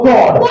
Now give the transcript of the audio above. God